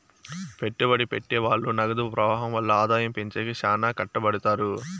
పెట్టుబడి పెట్టె వాళ్ళు నగదు ప్రవాహం వల్ల ఆదాయం పెంచేకి శ్యానా కట్టపడుతారు